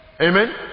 Amen